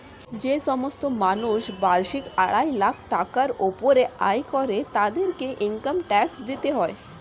যে সমস্ত মানুষ বার্ষিক আড়াই লাখ টাকার উপরে আয় করে তাদেরকে ইনকাম ট্যাক্স দিতে হয়